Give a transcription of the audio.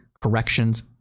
corrections